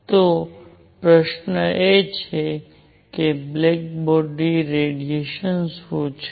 તો પ્રશ્ન એ છે બ્લેક બોડી રેડિયેશન શું છે